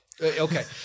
Okay